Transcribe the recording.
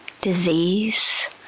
disease